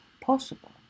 possible